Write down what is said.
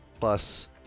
Plus